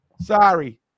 Sorry